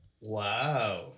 Wow